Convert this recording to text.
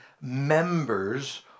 members